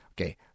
Okay